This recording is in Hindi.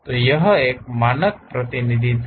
यह मानक प्रतिनिधित्व है